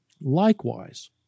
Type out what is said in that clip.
Likewise